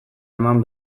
eman